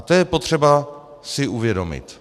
To je potřeba si uvědomit.